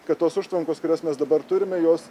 kad tos užtvankos kurias mes dabar turime jos